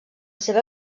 seva